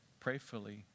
Prayfully